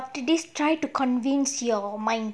so after this try to convince your mind